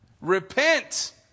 repent